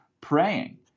praying